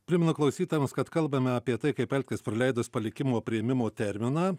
primenu klausytojams kad kalbame apie tai kaip elgtis praleidus palikimo priėmimo terminą